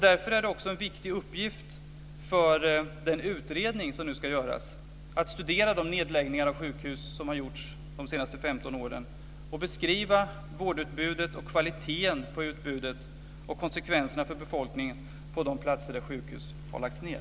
Därför är det också en viktig uppgift för den utredning som nu ska göras att studera de nedläggningar av sjukhus som har gjorts under de senaste 15 åren och beskriva vårdutbudet, kvaliteten på utbudet och konsekvenserna för befolkningen på de platser där sjukhus har lagts ned.